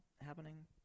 happening